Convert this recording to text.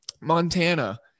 Montana